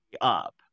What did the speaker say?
up